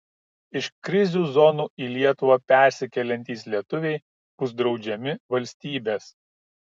iš krizių zonų į lietuvą persikeliantys lietuviai bus draudžiami valstybės